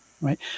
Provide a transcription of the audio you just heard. right